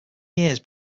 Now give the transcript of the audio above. years